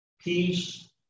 peace